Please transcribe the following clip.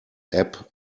app